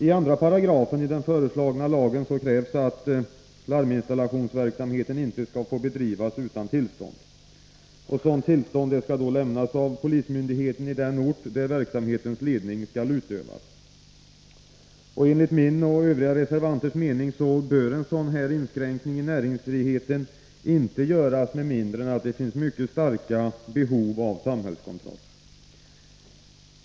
I 2 §i den föreslagna lagen krävs att larminstallationsverksamhet inte får bedrivas utan tillstånd. Sådant tillstånd skall lämnas av polismyndigheten i den ort där verksamhetens ledning skall utövas. Enligt min och övriga reservanters mening bör en sådan inskränkning i näringsfriheten inte göras med mindre än att det finns ett mycket starkt behov av samhällskontroll.